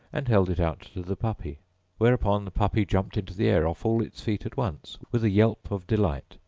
and held it out to the puppy whereupon the puppy jumped into the air off all its feet at once, with a yelp of delight,